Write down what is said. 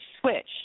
switch